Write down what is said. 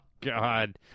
God